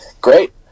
Great